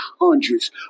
hundreds